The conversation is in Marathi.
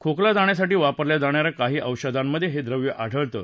खोकला जाण्यासाठी वापरल्या जाणा या काही औषधांमधे हे द्रव्य आढळतं